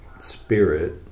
spirit